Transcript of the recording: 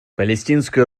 палестинское